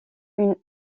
une